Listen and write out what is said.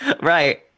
Right